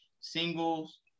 singles